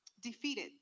defeated